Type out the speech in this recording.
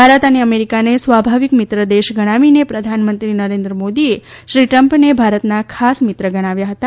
ભારત અને અમેરીકાને સ્વાભાવિક મિત્રદેશ ગણાવીને પ્રધાનમંત્રી નરેન્દ્રમોદીએ શ્રી ટ્રમ્પને ભારતના ખાસ મિત્ર ગણાવ્યા હતા